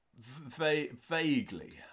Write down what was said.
Vaguely